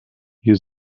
hier